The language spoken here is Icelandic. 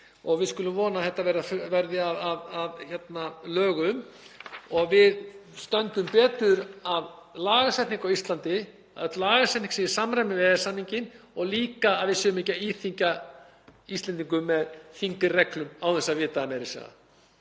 og við skulum vona að þetta verði að lögum og að við stöndum betur að lagasetningu á Íslandi, að öll lagasetning sé í samræmi við EES-samninginn og líka að við séum ekki að íþyngja Íslendingum með þyngri reglum án þess að vita það meira að segja.